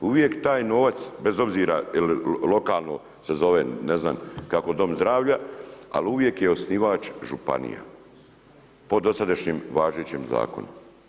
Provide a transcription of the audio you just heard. Uvijek taj novac bez obzira je li lokalno se zove ne znam kako, dom zdravlja, ali uvijek je osnivač županija, po dosadašnjem važećem zakonu.